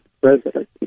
president